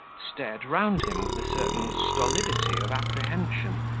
stared round him with a certain stolidity of apprehension,